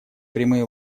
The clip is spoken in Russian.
прямые